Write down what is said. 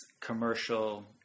commercial